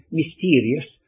mysterious